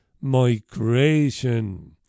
migration